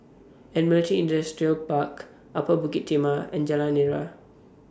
Admiralty Industrial Park Upper Bukit Timah and Jalan Nira